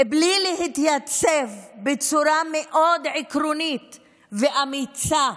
בלי להתייצב בצורה מאוד עקרונית ואמיצה.